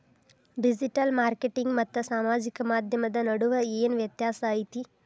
digital marketing ಮತ್ತ ಸಾಮಾಜಿಕ ಮಾಧ್ಯಮದ ನಡುವ ಏನ್ ವ್ಯತ್ಯಾಸ ಐತಿ